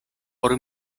por